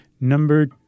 number